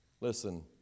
Listen